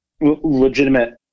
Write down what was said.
legitimate